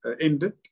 ended